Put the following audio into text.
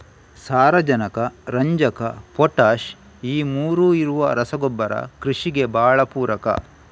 ಸಾರಾಜನಕ, ರಂಜಕ, ಪೊಟಾಷ್ ಈ ಮೂರೂ ಇರುವ ರಸಗೊಬ್ಬರ ಕೃಷಿಗೆ ಭಾಳ ಪೂರಕ